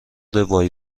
وای